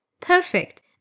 Perfect